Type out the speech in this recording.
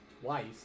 twice